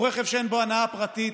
הוא רכב שאין בו הנאה פרטית,